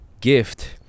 gift